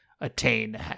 attain